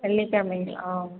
வெள்ளிக்கிழமைங்களா ஆ